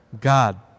God